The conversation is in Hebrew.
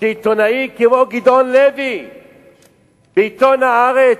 עיתונאי כמו גדעון לוי בעיתון "הארץ",